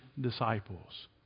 disciples